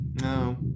No